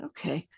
Okay